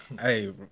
Hey